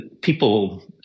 people